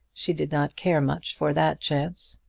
she did not care much for that chance.